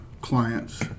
clients